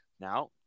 Now